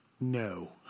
no